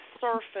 surface